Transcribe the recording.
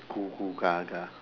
googoogaga